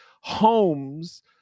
homes